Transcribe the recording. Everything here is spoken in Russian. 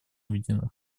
объединенных